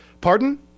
Pardon